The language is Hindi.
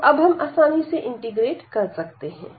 तो अब हम आसानी से इंटीग्रेट कर सकते हैं